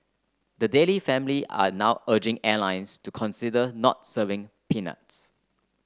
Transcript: the Daley family are now urging airlines to consider not serving peanuts